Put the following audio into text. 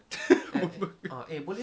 moon burger